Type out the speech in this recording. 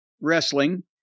Wrestling